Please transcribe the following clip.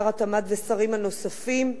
שר התמ"ת והשרים הנוספים.